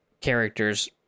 characters